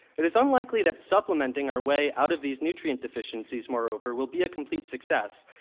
it is unlikely that supplementing our way out of these nutrient deficiencies, moreover, will be a complete success,